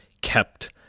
kept